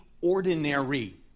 ordinary